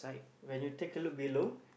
when you take a look below